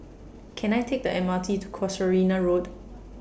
Can I Take The M R T to Casuarina Road